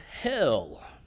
hell